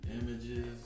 Images